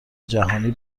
جهانی